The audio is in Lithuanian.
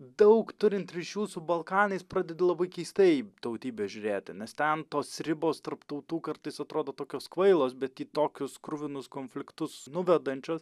daug turint ryšių su balkanais pradedu labai keistai į tautybę žiūrėti nes ten tos ribos tarp tautų kartais atrodo tokios kvailos bet į tokius kruvinus konfliktus nuvedančios